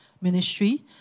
Ministry